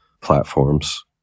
platforms